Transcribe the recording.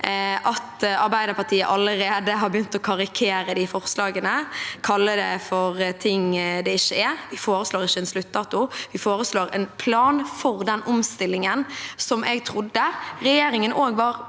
at Arbeiderpartiet allerede har begynt å karikere forslagene og kalle dem for ting de ikke er. Vi foreslår ikke en sluttdato, vi foreslår en plan for den omstillingen som jeg trodde regjeringen også var